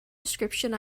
description